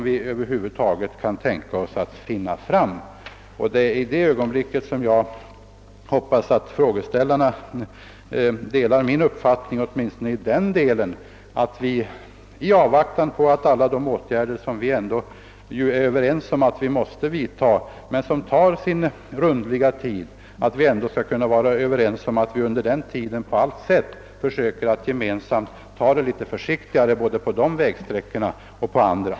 Då hamnar vi utanför alla ekonomiska ramar som över huvud taget kan uppställas.